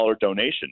donation